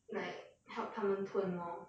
like help 他们吞 lor